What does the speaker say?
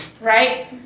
right